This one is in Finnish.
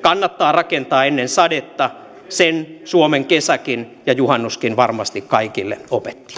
kannattaa rakentaa ennen sadetta sen suomen kesäkin ja juhannuskin varmasti kaikille opetti